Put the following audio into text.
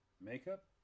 Makeup